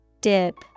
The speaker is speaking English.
Dip